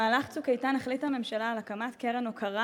במהלך "צוק איתן" החליטה הממשלה על הקמת קרן הוקרה,